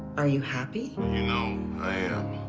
are you happy? you know i am.